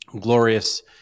glorious